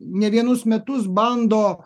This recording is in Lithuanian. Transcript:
ne vienus metus bando